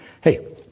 Hey